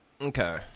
Okay